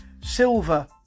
silver